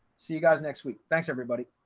see you guys next week. thanks, everybody,